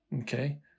okay